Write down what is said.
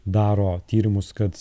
daro tyrimus kad